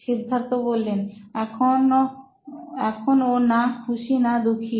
সিদ্ধার্থ এখনো না খুশি না দুঃখী